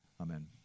Amen